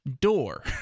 door